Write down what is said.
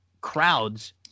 Crowds